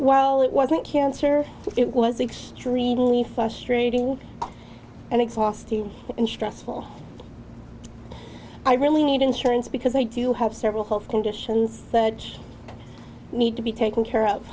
well it wasn't cancer it was extremely frustrating and exhausting and stressful i really need insurance because i do have several health conditions need to be taken care of